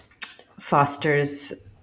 Foster's